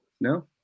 no